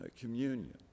communion